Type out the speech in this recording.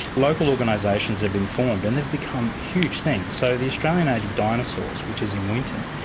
local organisations have been formed and they've become huge things. so the australian age of dinosaurs, which is in winton,